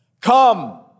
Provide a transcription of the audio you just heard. Come